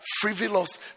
frivolous